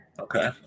Okay